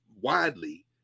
widely